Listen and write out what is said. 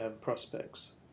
prospects